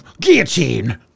Guillotine